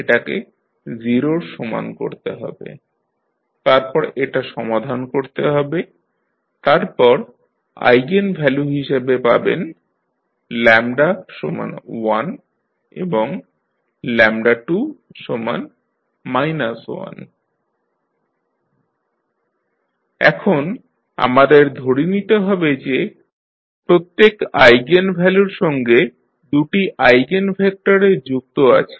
এটাকে 0 এর সমান করতে হবে তারপর এটা সমাধান করতে হবে তারপর আইগেনভ্যালু হিসাবে পাবেন 11এবং 2 1 এখন আমাদের ধরে নিতে হবে যে প্রত্যেক আইগেনভ্যালুর সঙ্গে দু'টি আইগেনভেক্টর যুক্ত আছে